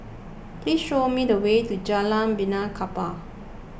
please show me the way to Jalan Benaan Kapal